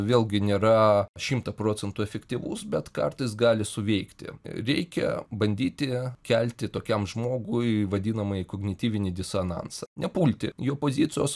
vėlgi nėra šimta procentų efektyvus bet kartais gali suveikti reikia bandyti kelti tokiam žmogui vadinamąjį kognityvinį disonansą nepulti jo pozicijos